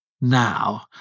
now –